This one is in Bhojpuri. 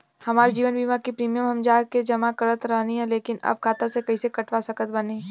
हमार जीवन बीमा के प्रीमीयम हम जा के जमा करत रहनी ह लेकिन अब खाता से कइसे कटवा सकत बानी?